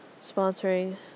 sponsoring